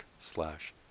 slash